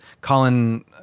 Colin